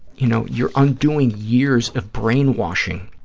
you know, you're undoing years of brainwashing,